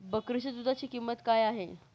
बकरीच्या दूधाची किंमत काय आहे?